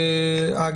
109ב עד 109ה,